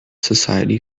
society